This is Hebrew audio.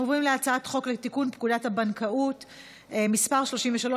אנחנו עוברים להצעת חוק לתיקון פקודת הבנקאות (מס' 33)